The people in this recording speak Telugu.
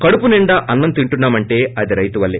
కడుపు నిండా అన్నం తింటున్నా మంటే అది రైతు వల్లే